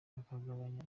bakagabanya